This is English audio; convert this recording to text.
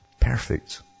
perfect